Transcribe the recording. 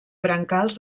brancals